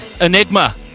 Enigma